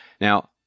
Now